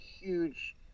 huge